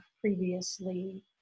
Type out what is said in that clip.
previously